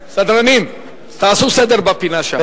סדרנים, תעשו סדר בפינה שם.